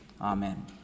amen